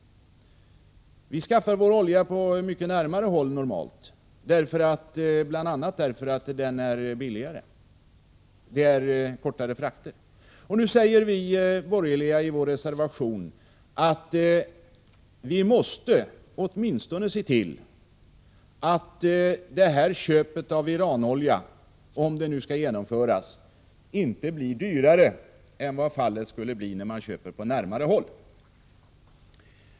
Vi skaffar vår olja normalt på mycket närmare håll, bl.a. därför att den där är billigare — fraktkostnaderna blir lägre. Nu säger vi borgerliga i vår reservation att vi åtminstone måste se till att det här köpet av Iranolja, om det nu skall genomföras, inte blir dyrare än vad fallet skulle bli med ett köp på närmare håll.